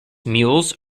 mules